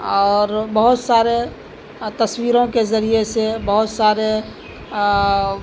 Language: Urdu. اور بہت سارے تصویروں کے ذریعے سے بہت سارے